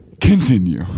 Continue